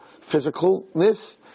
physicalness